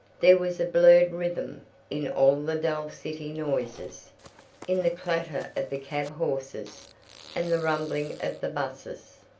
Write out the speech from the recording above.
there was a blurred rhythm in all the dull city noises in the clatter of the cab horses and the rumbling of the busses,